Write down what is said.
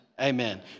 Amen